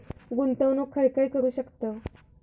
गुंतवणूक खय खय करू शकतव?